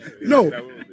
No